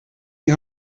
die